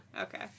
Okay